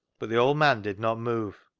but the old man did not move.